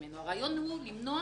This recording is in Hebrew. הרעיון הוא למנוע